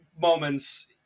moments